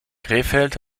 krefeld